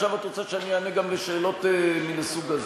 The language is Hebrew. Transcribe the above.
עכשיו את רוצה שאענה גם על שאלות מן הסוג הזה?